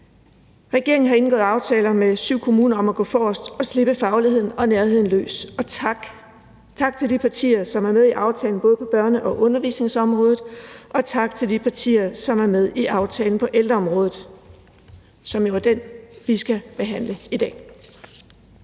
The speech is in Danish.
Regeringen har indgået aftaler med syv kommuner om at gå forrest og slippe fagligheden og nærheden løs. Tak til de partier, som er med i aftalen, både de partier, som er med i aftalen på børne- og undervisningsområdet, og de partier, som er med i aftalen på ældreområdet, som jo er det, vi skal behandle i dag.